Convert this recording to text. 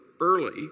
early